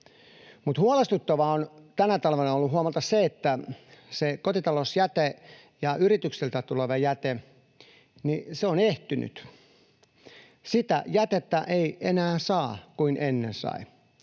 Mutta huolestuttava on tänä talvena ollut huomata se, että se kotitalousjäte ja yrityksiltä tuleva jäte on ehtynyt. Sitä jätettä ei enää saa niin kuin ennen sai,